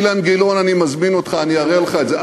אילן גילאון, אני מזמין אותך, אני אראה לך את זה.